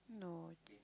no